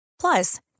Plus